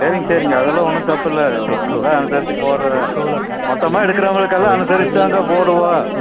சரிங் சரிங்க அதெல்லாம் ஒன்றும் தப்பில்லை அதான் அனுசரித்துப் போடுற மொத்தமாக எடுக்கிறவங்களுக்கெல்லாம் அனுசரித்து தான்ங்க போடுவோம்